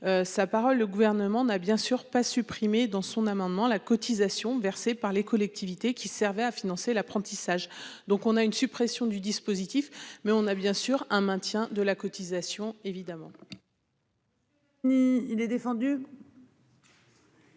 Sa parole. Le gouvernement n'a bien sûr pas supprimé dans son amendement la cotisation versée par les collectivités qui servait à financer l'apprentissage, donc on a une suppression du dispositif mais on a bien sûr un maintien de la cotisation évidemment.